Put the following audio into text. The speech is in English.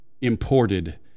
imported